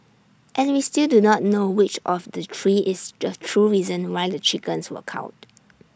and we still do not know which of the three is the true reason why the chickens were culled